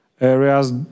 areas